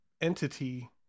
entity